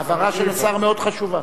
ההבהרה של השר מאוד חשובה.